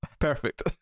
Perfect